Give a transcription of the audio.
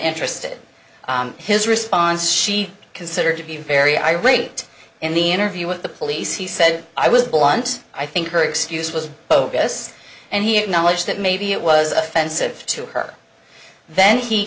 interested his response she considered to be very irate in the interview with the police he said i was blunt i think her excuse was bogus and he acknowledged that maybe it was offensive to her then he